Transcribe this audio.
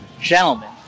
gentlemen